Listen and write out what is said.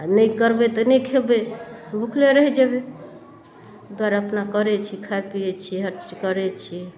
आओर नहि करबै तऽ नहि खेबै भुखले रहि जेबै एहि दुआरे अपना करै छी खाइ पिए छी हर चीज करै छी